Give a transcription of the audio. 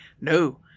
No